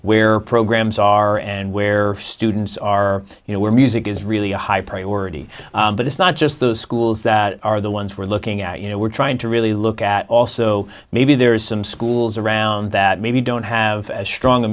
where programs are and where students are you know where music is really a high priority but it's not just those schools that are the ones we're looking at you know we're trying to really look at also maybe there's some schools around that maybe don't have as strong a